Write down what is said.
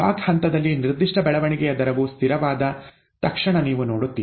log ಹಂತದಲ್ಲಿ ನಿರ್ದಿಷ್ಟ ಬೆಳವಣಿಗೆಯ ದರವು ಸ್ಥಿರವಾದ ತಕ್ಷಣ ನೀವು ನೋಡುತ್ತೀರಿ